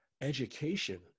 education